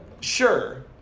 Sure